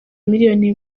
miliyoni